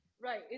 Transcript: right